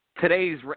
today's